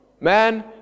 Man